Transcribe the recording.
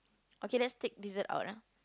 okay let's take dessert out ah